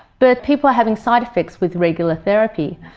but people are having side-effects with regular therapy.